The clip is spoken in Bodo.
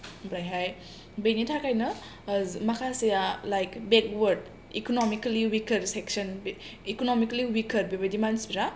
ओमफ्रायहाय बिनि थाखायनो माखासेया लायेक बेकवार्ड इकनमिकेलि उइकार सेक्सन बे इकनमिकेलि उइकार बेबायदि मानसिफ्रा